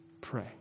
pray